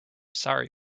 sorry